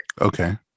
Okay